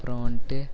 அப்புறோம் வந்துட்டு